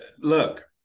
look